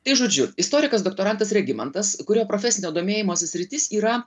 tai žodžiu istorikas doktorantas regimantas kurio profesinio domėjimosi sritis yra